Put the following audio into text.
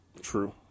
true